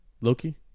Loki